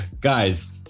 guys